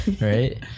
Right